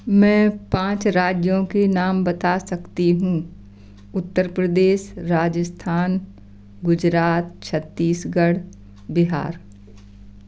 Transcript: मैं पाँच राज्यों के नाम बता सकती हूँ उत्तर प्रदेश राजस्थान गुजरात छत्तीसगढ़ बिहार